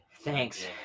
Thanks